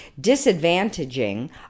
disadvantaging